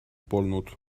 polnud